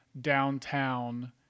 downtown